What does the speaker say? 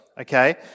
okay